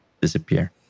disappear